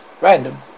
Random